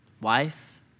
Wife